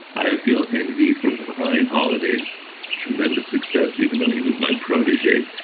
i feel envy for ryan holiday's tremendous success even though he was my protege.